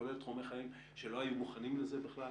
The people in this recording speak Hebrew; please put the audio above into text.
כולל תחומי חיים שלא היו מוכנים לזה בכלל,